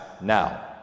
now